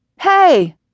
Hey